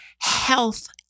health